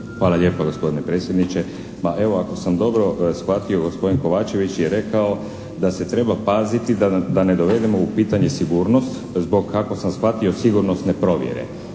Hvala lijepa gospodine predsjedniče. Pa evo ako sam dobro shvatio, gospodin Kovačević je rekao da se treba paziti da ne dovedemo u pitanje sigurnost zbog kako sam shvatio sigurnosne provjere.